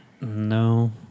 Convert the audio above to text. no